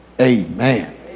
amen